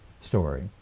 story